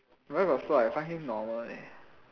where got slow I find him normal leh